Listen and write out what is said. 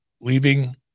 leaving